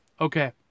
Okay